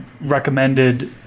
recommended